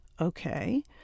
okay